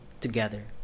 together